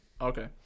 Okay